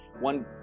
one